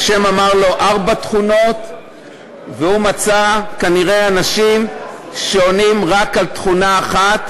ה' אמר לו ארבע תכונות והוא מצא כנראה אנשים שעונים רק על תכונה אחת,